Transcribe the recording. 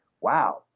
Wow